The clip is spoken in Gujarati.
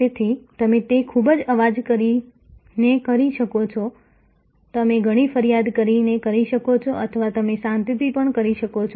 તેથી તમે તે ખૂબ અવાજ કરીને કરી શકો છો તમે ઘણી ફરિયાદ કરીને કરી શકો છો અથવા તમે શાંતિથી કરી શકો છો